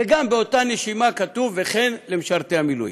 וגם, באותה נשימה, כתוב: וכן למשרתי מילואים.